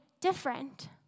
different